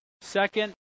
Second